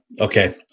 Okay